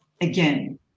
Again